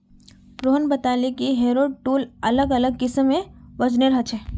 रोहन बताले कि harrow tool अलग अलग किस्म एवं वजनेर ह छे